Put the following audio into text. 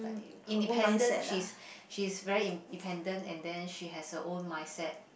independent she is she is very independent and then she has her own mindset